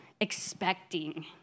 expecting